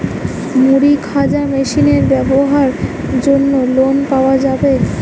মুড়ি ভাজা মেশিনের ব্যাবসার জন্য লোন পাওয়া যাবে?